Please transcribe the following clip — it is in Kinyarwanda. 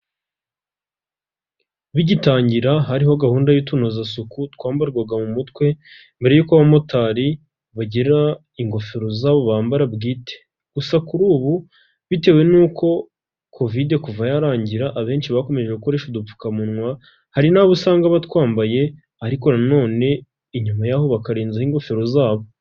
Bigitangira hariho gahunda y'utunozasuku twambarwaga mu mutwe mbere y'uko abamotari bagira ingofero zabo bambara bwite. Gusa kuri ubu bitewe nuko kovide kuva yarangira abenshi bakomeje gukoresha udupfukamunwa. Hari n'abo usanga batwambaye ariko na none, inyuma ya ho bakarenzaho ingofero zabo.